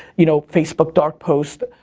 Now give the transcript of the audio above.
you know, facebook dark post,